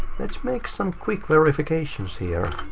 let's make some quick verifications here.